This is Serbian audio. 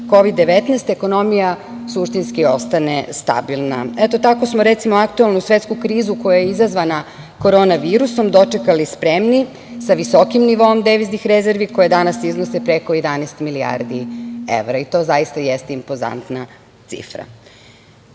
Kovid-19 ekonomija suštinski ostane stabilna. Eto, tako smo, recimo, aktuelnu svetsku krizu koja je izazvana Koronom dočekali spremni, sa visokim nivoom deviznih rezervi koje danas iznose preko 11 milijardi evra, to zaista jeste impozantna cifra. Što